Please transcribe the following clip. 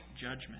judgment